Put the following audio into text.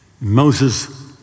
Moses